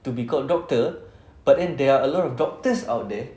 to be called doctor but then there are a lot of doctors out there